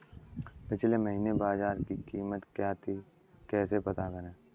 पिछले महीने बाजरे की कीमत क्या थी कैसे पता करें?